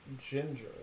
ginger